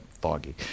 foggy